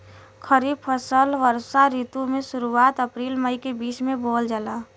खरीफ फसल वषोॅ ऋतु के शुरुआत, अपृल मई के बीच में बोवल जाला